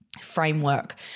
framework